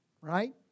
right